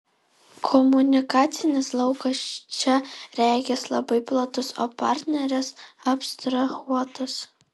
komunikacinis laukas čia regis labai platus o partneris abstrahuotas